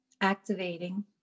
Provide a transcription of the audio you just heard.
activating